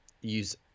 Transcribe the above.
use